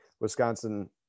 Wisconsin